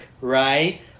right